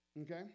okay